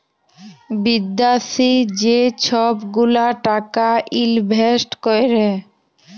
বিদ্যাশি যে ছব গুলা টাকা ইলভেস্ট ক্যরে